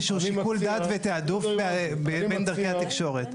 שהוא שיקול דעת ותעדוף בין דרכי התקשורת.